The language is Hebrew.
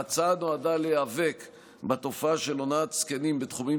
ההצעה נועדה להיאבק בתופעה של הונאת זקנים בתחומים